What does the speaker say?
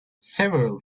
several